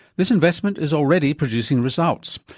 this investment is already producing results.